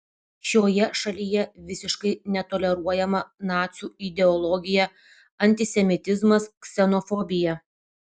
šioje šalyje visiškai netoleruojama nacių ideologija antisemitizmas ksenofobija